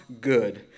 good